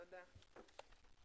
תודה רבה לכם.